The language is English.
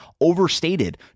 overstated